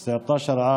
בן 19,